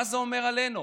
מה זה אומר עלינו,